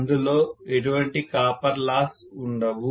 అందులో ఎటువంటి copper loss ఉండవు